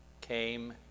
came